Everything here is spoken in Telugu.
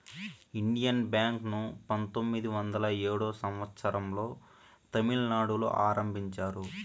ఇండియన్ బ్యాంక్ ను పంతొమ్మిది వందల ఏడో సంవచ్చరం లో తమిళనాడులో ఆరంభించారు